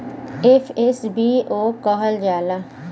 FSBO कहल जाला